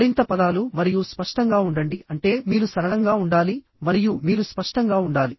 మరింత పదాలు మరియు స్పష్టంగా ఉండండి అంటే మీరు సరళంగా ఉండాలి మరియు మీరు స్పష్టంగా ఉండాలి